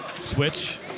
Switch